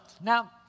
Now